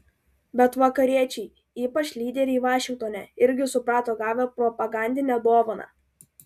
bet vakariečiai ypač lyderiai vašingtone irgi suprato gavę propagandinę dovaną